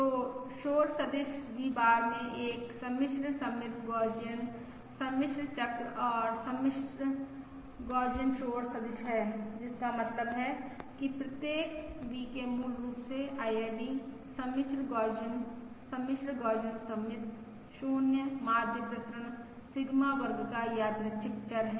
तो शोर सदिश V बार में एक सम्मिश्र सममित गौसियन सम्मिश्र चक्र और सममित गौसियन शोर सदिश है जिसका मतलब है कि प्रत्येक VK मूल रूप से IID सम्मिश्र गौसियन सम्मिश्र गौसियन सममित 0 माध्य प्रसरण सिग्मा वर्ग का यादृच्छिक चर है